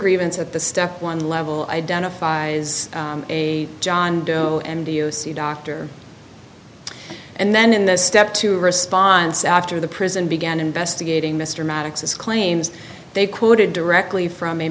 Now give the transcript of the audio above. grievance at the step one level identifies a john doe and do you see a doctor and then in the step two response after the prison began investigating mr maddox's claims they quoted directly from a